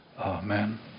Amen